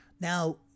Now